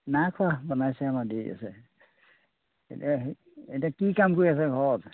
নাই খোৱা বনাইছেহে আমাৰ দেৰি আছে এতিয়া হেৰি এতিয়া কি কাম কৰি আছে ঘৰত